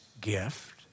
gift